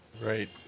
Right